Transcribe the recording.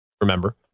remember